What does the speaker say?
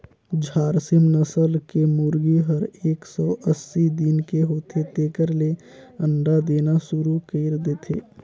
झारसिम नसल के मुरगी हर एक सौ अस्सी दिन के होथे तेकर ले अंडा देना सुरु कईर देथे